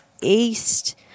east